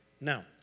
Now